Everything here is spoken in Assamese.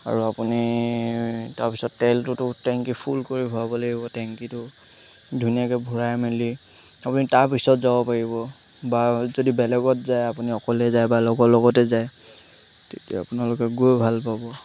আৰু আপুনি তাৰপিছত তেলটোতো টেংকি ফুল কৰি ভৰাব লাগিব টেংকিটো ধুনীয়াকৈ ভৰাই মেলি আপুনি তাৰপিছত যাব পাৰিব বা যদি বেলেগত যায় আপুনি অকলে যায় বা লগৰ লগতে যায় তেতিয়া আপোনালোকে গৈ ভাল পাব